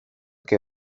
que